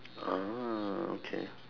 okay